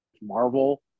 Marvel